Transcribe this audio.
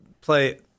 play